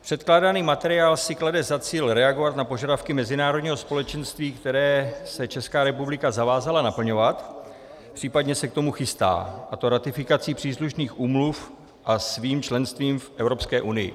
Předkládaný materiál si klade za cíl reagovat na požadavky mezinárodního společenství, které se Česká republika zavázala naplňovat, případně se k tomu chystá, a to ratifikací příslušných úmluv a svým členstvím v Evropské unii.